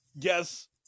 yes